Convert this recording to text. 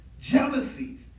jealousies